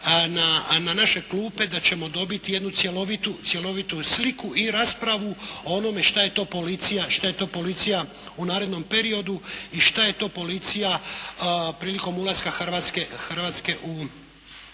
na naše klupe, da ćemo dobiti jednu cjelovitu sliku i raspravu o onome šta je to policija u narednom periodu i šta je to policija prilikom ulaska Hrvatske u Europsku